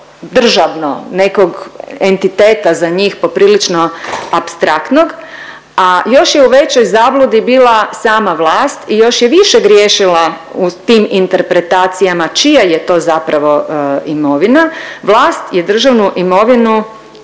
državno nekog entiteta za njih poprilično apstraktnog, a još je u većoj zabludi bila sama vlast i još je više griješila u tim interpretacijama čija je to zapravo imovina. Vlast je državnu imovinu